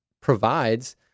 provides